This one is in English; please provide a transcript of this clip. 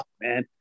man